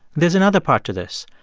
there's another part to this.